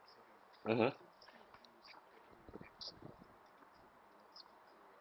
mmhmm